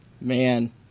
man